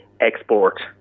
export